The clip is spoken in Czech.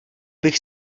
bych